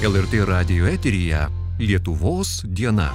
lrt radijo eteryje lietuvos diena